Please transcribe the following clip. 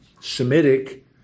Semitic